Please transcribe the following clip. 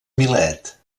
milet